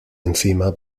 encima